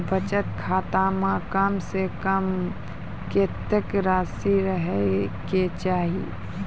बचत खाता म कम से कम कत्तेक रासि रहे के चाहि?